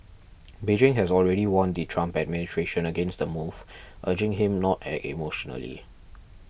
Beijing has already warned the Trump administration against the move urging him not act emotionally